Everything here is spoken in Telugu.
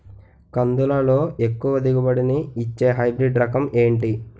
కందుల లో ఎక్కువ దిగుబడి ని ఇచ్చే హైబ్రిడ్ రకం ఏంటి?